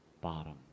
bottom